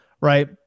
right